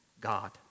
God